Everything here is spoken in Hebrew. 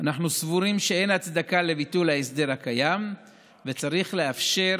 אנחנו סבורים שאין הצדקה לביטול ההסדר הקיים וצריך לאפשר